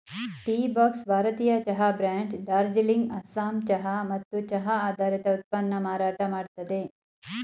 Teabox ಭಾರತೀಯ ಚಹಾ brand Darjeeling Assam ಚಹಾ ಮತ್ತು ಚಹಾ ಆಧಾರಿತ ಉತ್ಪನ್ನನ ಮಾರಾಟ ಮಾಡ್ತದೆ